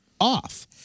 off